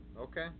Okay